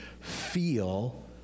feel